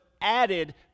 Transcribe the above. added